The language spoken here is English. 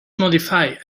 modified